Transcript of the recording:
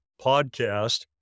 podcast